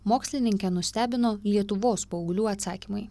mokslininkę nustebino lietuvos paauglių atsakymai